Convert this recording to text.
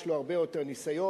יש לו הרבה יותר ניסיון,